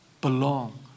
belong